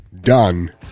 done